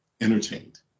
Entertained